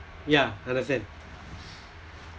ya understand